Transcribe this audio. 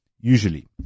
usually